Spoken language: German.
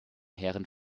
herren